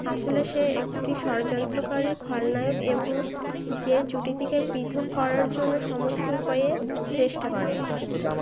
আসলে সে একটি ষড়যন্ত্রকারী খলনায়ক এবং যে জুটিটিকে পৃথক করার জন্য সমস্ত উপায়ে চেষ্টা করে